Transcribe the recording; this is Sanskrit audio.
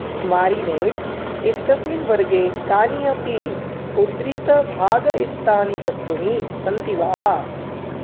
मारिनेड्स् इत्यस्मिन् वर्गे कानि अपि उद्धृतभागयुक्तानि वस्तूनि सन्ति वा